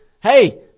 hey